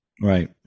Right